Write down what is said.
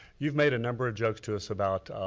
you've made a number of jokes to us about,